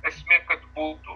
esmė kad būtų